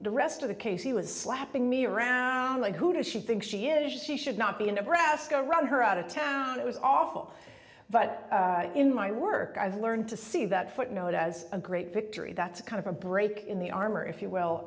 the rest of the case he was slapping me around like who does she think she is she should not be in the brass to run her out of town it was awful but in my work i've learned to see that footnote as a great victory that's a kind of a break in the armor if you well